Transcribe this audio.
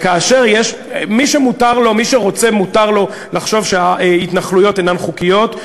מי שרוצה מותר לו לחשוב שההתנחלויות אינן חוקיות,